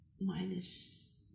minus